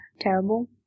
terrible